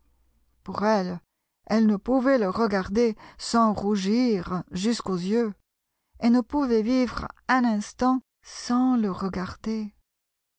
pour elle elle ne pouvait le regarder sans rougir jusqu'aux yeux et ne pouvait vivre un instant sans le regarder